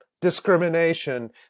discrimination